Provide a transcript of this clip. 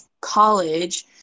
college